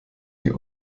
die